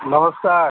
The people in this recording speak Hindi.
नमस्कार